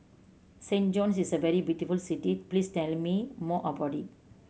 Saint John's is a very beautiful city please tell me more about it